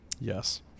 Yes